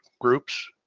groups